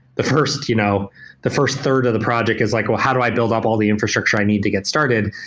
the first you know the first third of the project is like, how do i build up all the infrastructure i need to get started?